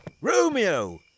Romeo